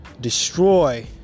Destroy